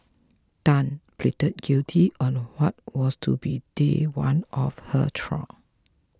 tan pleaded guilty on what was to be day one of her trial